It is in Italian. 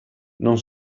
non